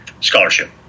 scholarship